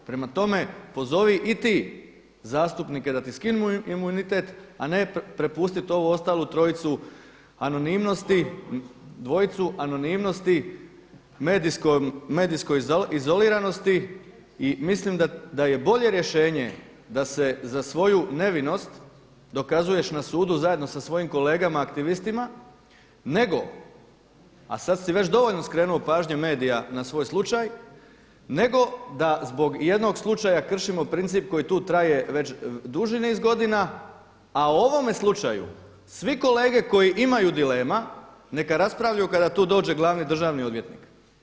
Prema tome, pozovi i ti zastupnike da ti skinu imunitet, a ne prepustiti ovu ostalu trojicu anonimnosti, dvojicu medijskoj izoliranosti i mislim da je bolje rješenje da se za svoju nevinost dokazuješ na sudu zajedno sa svojim kolegama aktivistima nego, a sada si već dovoljno skrenuo pažnje medija na svoj slučaj nego da zbog jednog slučaja kršimo princip koji tu traje već duži niz godina, a ovome slučaju svi kolege koji imaju dilema neka raspravljaju tu kada dođe glavni državni odvjetnik.